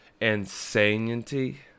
Insanity